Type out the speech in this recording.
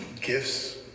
Gifts